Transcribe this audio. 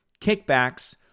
kickbacks